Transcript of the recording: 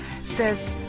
says